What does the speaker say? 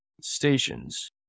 stations